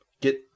get